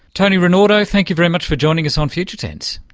tony rinaudo, thank you very much for joining us on future tense.